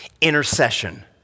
intercession